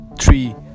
three